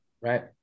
right